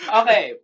okay